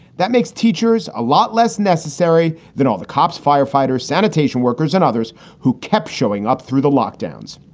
that makes teachers a lot less necessary than all the cops, firefighters, sanitation workers and others who kept showing up through the lockdowns.